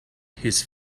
his